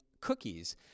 cookies